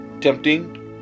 Tempting